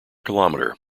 kilometre